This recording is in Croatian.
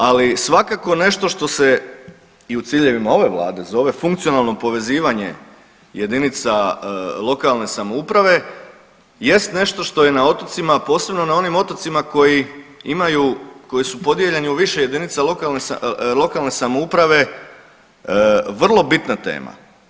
Ali svakako nešto što se i u ciljevima ove Vlade zove funkcionalno povezivanje jedinica lokalne samouprave jest nešto što je na otocima posebno na onim otocima koji imaju, koji su podijeljeni u više jedinica lokalne samouprave vrlo bitna tema.